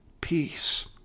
peace